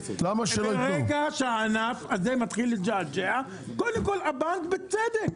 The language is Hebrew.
ברגע שהענף הזה מתחיל לג'עג'ע, קודם כל הבנק בצדק.